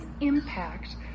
impact